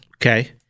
Okay